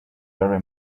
very